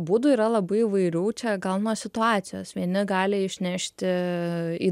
būdų yra labai įvairių čia gal nuo situacijos vieni gali išnešti į